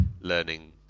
learning